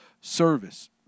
service